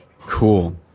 Cool